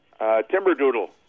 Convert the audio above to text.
Timberdoodle